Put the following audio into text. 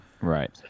Right